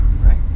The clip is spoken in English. right